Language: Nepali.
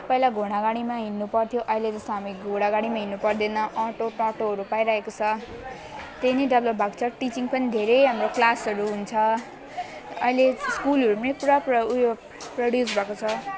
पहिला घोडागाडीमा हिँड्नुपर्थ्यो अहिले जस्तो हामी घोडागाडीमा हिँड्नुपर्दैन अटो टोटोहरू पाइरहेको छ त्यही नै डेभ्लोप भएको छ टिचिङ पनि हाम्रो क्लासहरू हुन्छ अहिले स्कुलहरूमै पुरा पुरा ऊ यो प्रोड्युस भएको छ